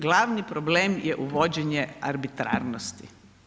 Glavni problem je uvođenje arbitrarnosti.